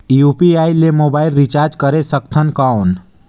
UPI ले mobile recharge करे सकथन कौन?